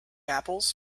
apples